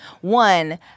one